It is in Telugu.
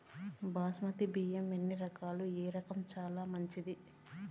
బాస్మతి బియ్యం ఎన్ని రకాలు, ఏ రకం చానా మంచిది?